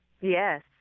Yes